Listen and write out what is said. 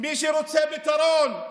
מי שרוצה פתרון,